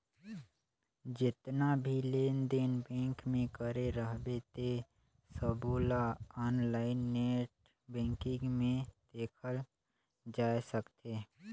जेतना भी लेन देन बेंक मे करे रहबे ते सबोला आनलाईन नेट बेंकिग मे देखल जाए सकथे